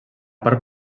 part